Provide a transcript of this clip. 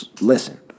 listen